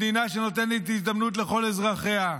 מדינה שנותנת הזדמנות לכל אזרחיה,